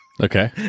Okay